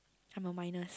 I'm a minus